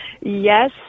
Yes